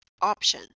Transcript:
option